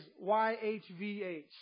Y-H-V-H